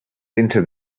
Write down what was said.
into